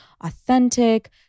authentic